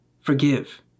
Forgive